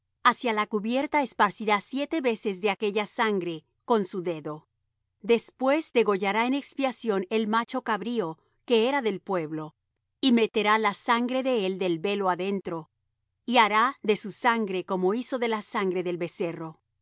hacia la cubierta esparcirá siete veces de aquella sangre con su dedo después degollará en expiación el macho cabrío que era del pueblo y meterá la sangre de él del velo adentro y hará de su sangre como hizo de la sangre del becerro